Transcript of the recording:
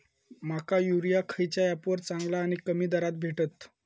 माका युरिया खयच्या ऍपवर चांगला आणि कमी दरात भेटात?